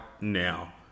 now